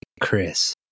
Chris